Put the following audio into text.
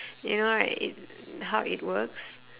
you know right it how it works